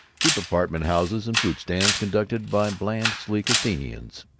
cheap apartment-houses, and fruit-stands conducted by bland, sleek athenians.